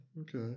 okay